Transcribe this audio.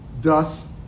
dust